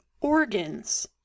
organs